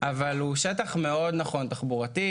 אבל הוא שטח נכון מאוד תחבורתית.